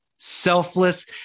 selfless